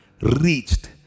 reached